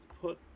put